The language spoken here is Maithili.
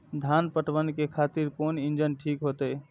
धान पटवन के खातिर कोन इंजन ठीक होते?